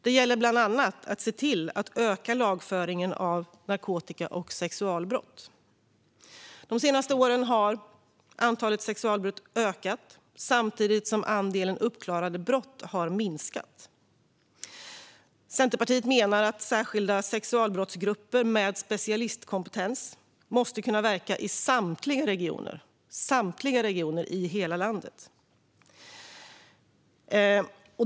Det gäller bland annat att se till att öka lagföringen av narkotika och sexualbrott. De senaste åren har antalet sexualbrott ökat, samtidigt som andelen uppklarade brott har minskat. Centerpartiet menar att särskilda sexualbrottsgrupper med specialistkompetens måste kunna verka i samtliga regioner i hela landet.